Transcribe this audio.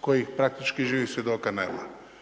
kojih praktički živih svjedoka nema?